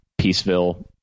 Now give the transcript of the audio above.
Peaceville